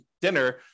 dinner